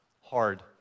hard